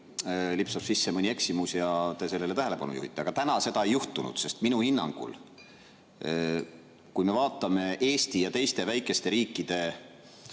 lipsab sisse mõni eksimus ja te sellele tähelepanu juhite. Aga täna seda ei juhtunud, sest minu hinnangul, kui me vaatame Eesti ja teiste väikeste riikide,